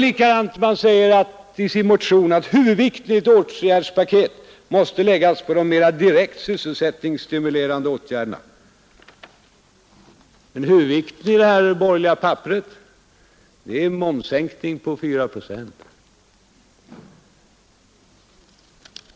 Likadant säger man i motionen, att huvudvikten i ett åtgärdspaket måste läggas på de mera direkt sysselsättningsstimulerande åtgärderna. Men huvudpunkten i det borgerliga papperet är en momssänkning på 4 procent.